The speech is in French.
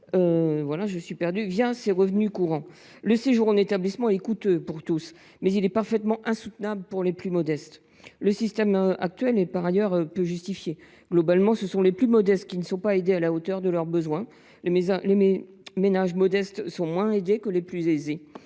frais de séjour par leurs revenus courants. Le séjour en établissement est coûteux pour tous, mais il est totalement insoutenable pour les plus modestes. Le système actuel est d’ailleurs peu justifié : d’une manière générale, les plus modestes ne sont pas aidés à la hauteur de leurs besoins ; les ménages modestes sont moins aidés que les plus aisés.